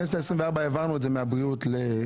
בכנסת ה-24 העברנו את זה מהבריאות לזה.